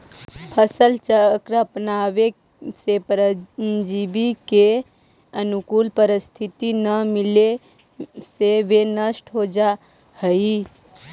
फसल चक्र अपनावे से परजीवी के अनुकूल परिस्थिति न मिले से वे नष्ट हो जाऽ हइ